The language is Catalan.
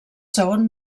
segon